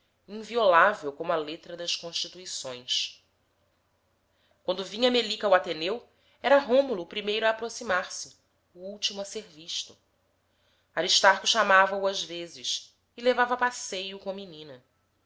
inviolável como a letra das constituições quando vinha melica ao ateneu era rômulo o primeiro a aproximar-se o último a ser visto aristarco chamava-o às vezes e levava a passeio com a menina